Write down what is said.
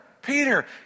Peter